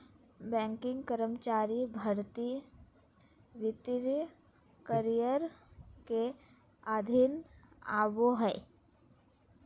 banking कर्मचारी भर्ती वित्तीय करियर के अधीन आबो हय